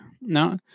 No